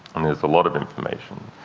and there's a lot of information.